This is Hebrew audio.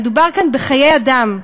מדובר כאן בחיי אדם.